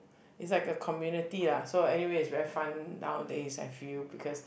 it's like a community lah so anyway it's very fun nowadays I feel because